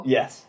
Yes